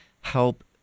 help